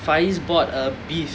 faiz bought uh beef